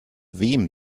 wem